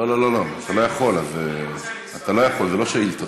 לא, אתה לא יכול, זה לא שאילתות.